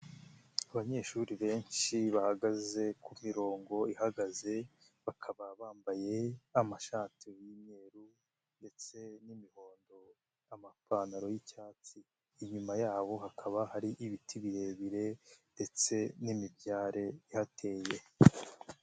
Abanyeshuri benshi bahagaze ku mirongo ihagaze, bakaba bambaye amashati y'umweru ndetse n'imihondo, amapantaro y'icyatsi, inyuma yabo hakaba hari ibiti birebire ndetse n'imibyare ihateye.